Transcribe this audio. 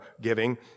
giving